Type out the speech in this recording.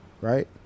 right